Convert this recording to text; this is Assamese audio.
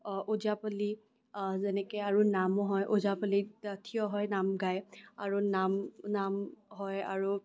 ওজাপালি আৰু যেনেকে আৰু নাম হয় ওজাপালিত থিয় হৈ নাম গায় আৰু নাম নাম হয় আৰু